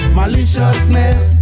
maliciousness